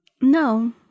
No